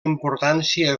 importància